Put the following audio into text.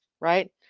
right